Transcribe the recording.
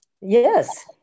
Yes